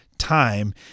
time